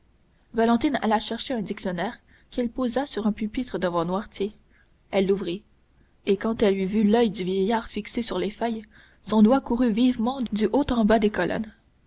valentine alla chercher un dictionnaire qu'elle posa sur un pupitre devant noirtier elle l'ouvrit et quand elle eut vu l'oeil du vieillard fixé sur les feuilles son doigt courut vivement du haut en bas des colonnes